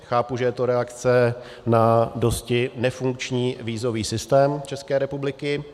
Chápu, že je to reakce na dosti nefunkční vízový systém České republiky.